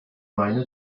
meine